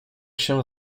się